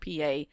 PA